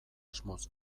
asmoz